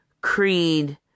Creed